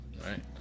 Right